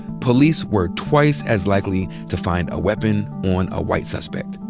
police were twice as likely to find a weapon on a white suspect.